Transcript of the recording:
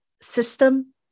system